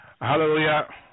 Hallelujah